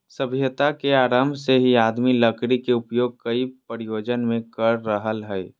सभ्यता के आरम्भ से ही आदमी लकड़ी के उपयोग कई प्रयोजन मे कर रहल हई